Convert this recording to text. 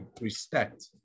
respect